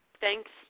thanks